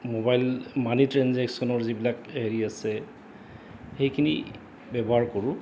mobile money ট্ৰেঞ্জেক্যনৰ যিবিলাক হেৰি আছে সেইখিনি ব্যৱহাৰ কৰোঁ